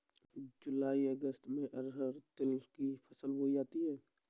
जूलाई अगस्त में अरहर तिल की फसल बोई जाती हैं